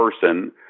person